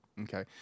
Okay